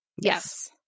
Yes